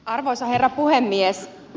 arvoisa herra puhemies